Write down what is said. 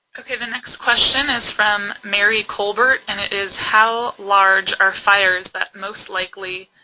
okay the next question is from mary colbert and it is, how large are fires that most likely,